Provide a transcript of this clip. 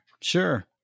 Sure